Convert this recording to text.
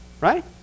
right